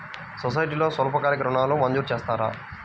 సొసైటీలో స్వల్పకాలిక ఋణాలు మంజూరు చేస్తారా?